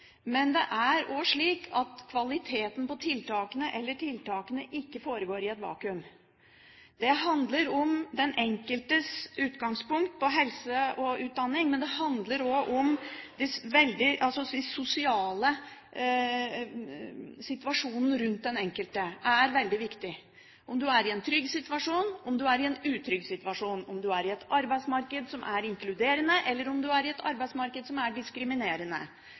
Men det er også viktig at tiltakene ikke foregår i et vakuum. Det handler ikke bare om den enkeltes utgangspunkt med hensyn til helse og utdanning, men det handler også om at den sosiale situasjonen rundt den enkelte er veldig viktig – om du er i en trygg situasjon, om du er i en utrygg situasjon, om du er i et arbeidsmarked som er inkluderende, eller om du er i et arbeidsmarked som er diskriminerende,